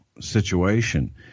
situation